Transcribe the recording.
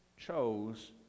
chose